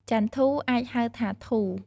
ចន្ទធូ” អាចហៅថា “ធូ”។